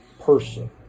person